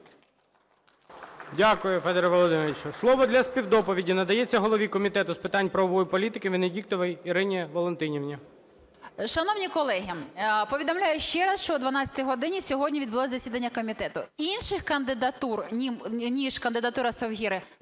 Дякую, Федоре Володимировичу. Слово для співдоповіді надається голові Комітету з питань правової політики Венедіктовій Ірині Валентинівні. 13:33:01 ВЕНЕДІКТОВА І.В. Шановні колеги, повідомляю ще раз, що о 12 годині сьогодні відбулося засідання комітету. Інших кандидатур ніж кандидатура Совгирі